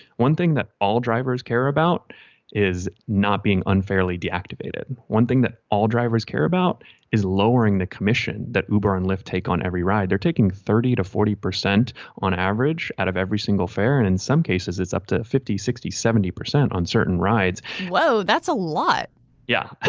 one thing that all drivers care about is not being unfairly deactivated. one thing that all drivers care about is lowering the commission that uber and lyft take on every ride they're taking thirty to forty percent on average out of every single fare and in some cases it's up to fifty sixty seventy percent on certain rides whoa. that's a lot yeah.